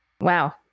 Wow